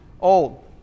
old